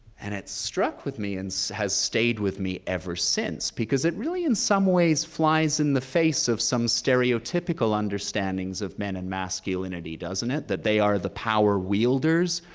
and it struck with me and so has stayed with me ever since, because it really in some ways flies in the face of some stereotypical understandings of men and masculinity, does not it? that they are the power wielders,